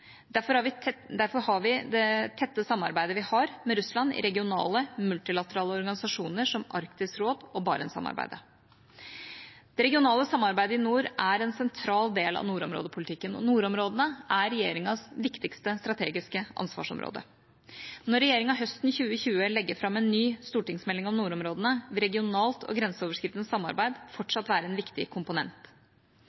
Derfor har vi det tette samarbeidet med Russland i regionale, multilaterale organisasjoner som Arktisk råd og Barentssamarbeidet. Det regionale samarbeidet i nord er en sentral del av nordområdepolitikken, og nordområdene er regjeringas viktigste strategiske ansvarsområde. Når regjeringa høsten 2020 legger fram en ny stortingsmelding om nordområdene, vil regionalt og grenseoverskridende samarbeid